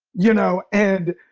you know, and,